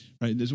right